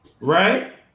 Right